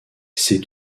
ces